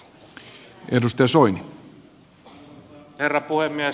arvoisa herra puhemies